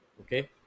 okay